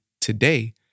today